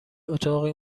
اتاقی